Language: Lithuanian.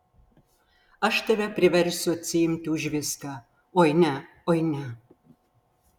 aš tave priversiu atsiimti už viską oi ne oi ne